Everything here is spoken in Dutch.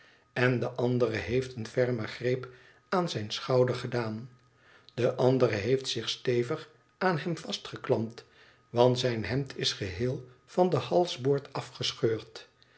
en de andere heeft een fermen greep aan zijn schouder gedaan de andere heeft zich stevig aan hem vastgeklampt want zijn hemd is geheel van den halsboord afgescheurd